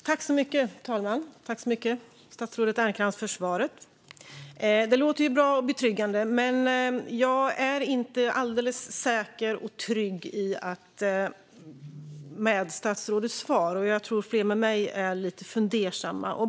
Fru talman! Tack så mycket, statsrådet Ernkrans, för svaret! Det låter ju bra och betryggande, men jag är inte alldeles säker eller trygg med statsrådets svar. Jag tror att flera med mig är lite fundersamma.